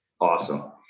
awesome